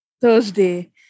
Thursday